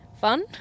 fun